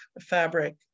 fabric